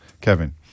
Kevin